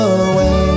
away